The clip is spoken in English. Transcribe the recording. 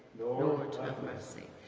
lord have mercy.